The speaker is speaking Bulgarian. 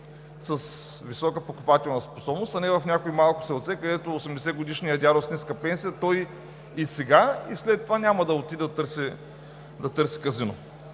с висока покупателна способност, а не в някое малко селце, където 80-годишният дядо с ниска пенсия и сега, и след това няма да отиде да търси казино.